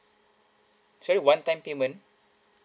sorry one-time payment